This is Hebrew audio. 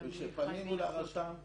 כשפנינו לרשם,